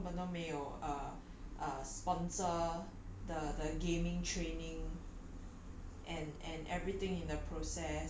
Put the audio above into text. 而且这个是新加坡政府根本都没有 uh err sponsor the gaming training